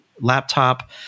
laptop